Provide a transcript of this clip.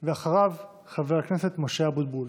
ואחריו, חבר הכנסת משה אבוטבול.